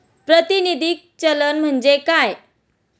प्रातिनिधिक चलन म्हणजे काय?